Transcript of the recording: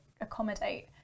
accommodate